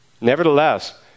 Nevertheless